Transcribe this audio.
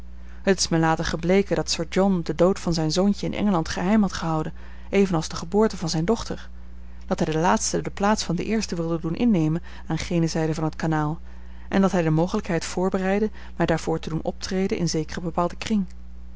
het is mij later gebleken dat sir john den dood van zijn zoontje in engeland geheim had gehouden evenals de geboorte van zijn dochter dat hij de laatste de plaats van den eerste wilde doen innemen aan gene zijde van t kanaal en dat hij de mogelijkheid voorbereidde mij daarvoor te doen optreden in zekeren bepaalden kring